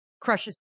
Crushes